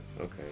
okay